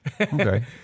Okay